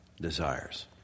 desires